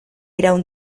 iraun